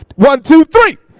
one, two, three!